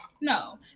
no